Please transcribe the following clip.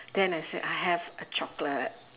then I said I have a chocolate